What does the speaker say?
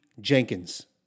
Jenkins